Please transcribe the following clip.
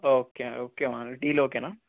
okay okay మరి deal ఓకేనా